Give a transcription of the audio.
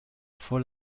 for